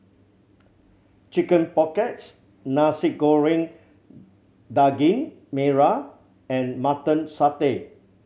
chicken pockets Nasi Goreng Daging Merah and Mutton Satay